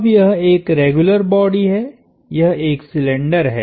अब यह एक रेग्युलर बॉडी है यह एक सिलिंडर है